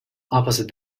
opposite